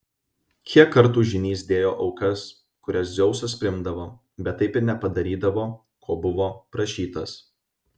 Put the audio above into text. kiek kartų žynys dėjo aukas kurias dzeusas priimdavo bet taip ir nepadarydavo ko buvo prašytas